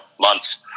months